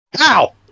Ow